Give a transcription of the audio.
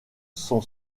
son